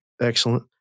Excellent